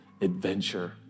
adventure